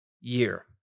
year